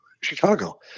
Chicago